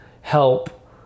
help